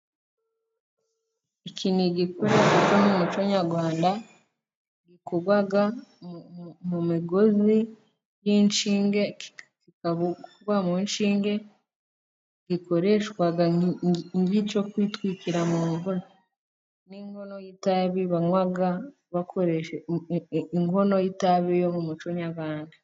Iki ni igikoresho mu muco nyarwanda gikorwa mu migozi y'ishinge, kigakorwa mu ishinge, gikoreshwa nk'icyo kwitwikira mu mvura n'inkono y'itabi banywa, inkono y'itabi yo mu muco nyarwanda.